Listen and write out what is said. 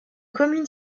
commune